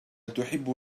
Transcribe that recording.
تحب